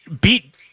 beat